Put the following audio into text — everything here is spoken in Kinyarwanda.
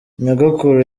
nyogokuru